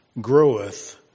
groweth